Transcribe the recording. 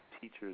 teachers